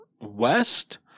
west